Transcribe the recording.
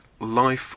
life